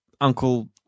Uncle